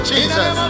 Jesus